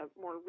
more